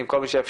עם כל מי שאפשר.